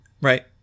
Right